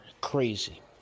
crazy